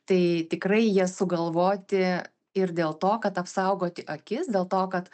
tai tikrai jie sugalvoti ir dėl to kad apsaugoti akis dėl to kad